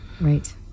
Right